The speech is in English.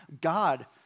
God